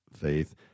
faith